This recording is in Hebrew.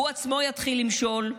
הוא עצמו יתחיל למשול,